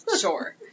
Sure